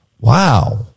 Wow